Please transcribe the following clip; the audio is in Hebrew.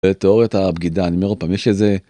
תואריית הבגידה, אני אומר עוד פעם יש איזה.